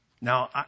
Now